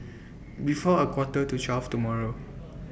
before A Quarter to twelve tomorrow